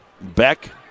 Beck